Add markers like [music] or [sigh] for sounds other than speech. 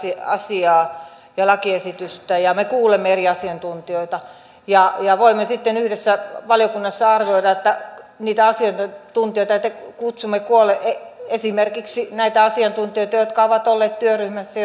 asiaa ja lakiesitystä ja me kuulemme eri asiantuntijoita ja ja voimme sitten yhdessä valiokunnassa arvioida niitä asiantuntijoita joita kutsumme koolle esimerkiksi näitä asiantuntijoita jotka ovat olleet työryhmässä [unintelligible]